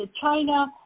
China